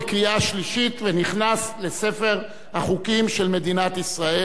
עברה בקריאה שלישית והחוק נכנס לספר החוקים של מדינת ישראל.